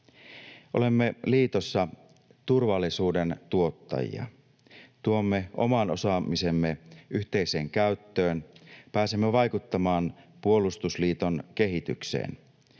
Olemme liitossa turvallisuuden tuottajia. Tuomme oman osaamisemme yhteiseen käyttöön, pääsemme vaikuttamaan puolustusliiton kehitykseen.